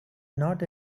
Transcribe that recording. not